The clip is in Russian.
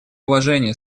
уважения